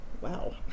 Wow